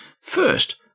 First